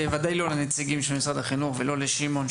ודאי לא לנציגים של משרד החינוך ולא לשמעון,